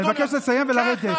אני מבקש לסיים ולרדת.